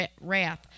wrath